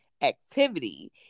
activity